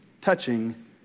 touching